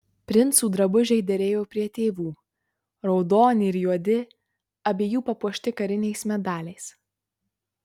princų drabužiai derėjo prie tėvų raudoni ir juodi abiejų papuošti kariniais medaliais